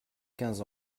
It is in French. quinze